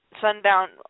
Sundown